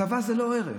צבא זה לא ערך.